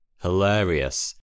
Hilarious